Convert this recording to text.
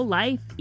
life